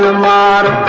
la